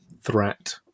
threat